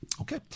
Okay